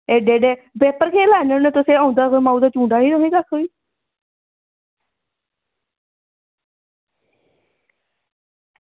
paper केह् लैने होने औंदा उ'नेंगी माऊ दा चूंडा बी नेईं